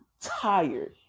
tired